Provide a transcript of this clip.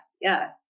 Yes